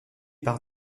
par